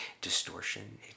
distortion